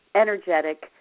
energetic